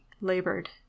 labored